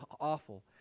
awful